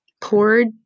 poured